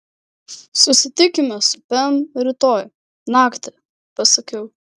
susitikime su pem rytoj naktį pasakiau